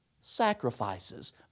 sacrifices